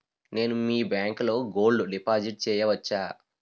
నేను మీ బ్యాంకులో గోల్డ్ డిపాజిట్ చేయవచ్చా?